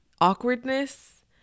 Awkwardness